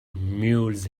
mules